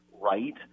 right